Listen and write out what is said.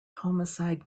homicide